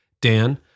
Dan